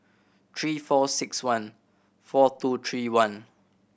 three four six one four two three one